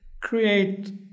create